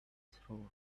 souls